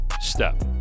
STEP